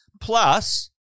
Plus